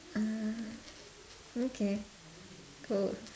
uh okay cool